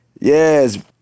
yes